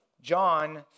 John